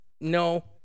No